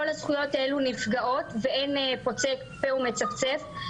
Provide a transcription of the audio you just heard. כל הזכויות האלו נפגעות ואין פוצה פה ומצפצף.